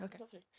Okay